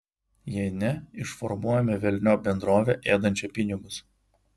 jei ne išformuojame velniop bendrovę ėdančią pinigus